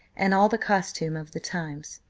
and all the costume of the times.